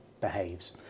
behaves